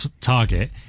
target